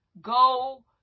Go